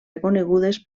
reconegudes